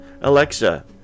Alexa